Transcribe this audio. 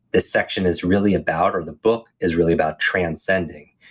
this section is really about or the book is really about transcending.